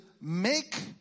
make